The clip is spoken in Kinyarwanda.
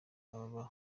ababa